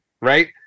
right